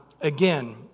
Again